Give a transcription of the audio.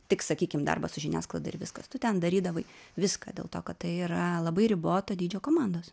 tik sakykim darbą su žiniasklaida ir viskas tu ten darydavai viską dėl to kad tai yra labai riboto dydžio komandos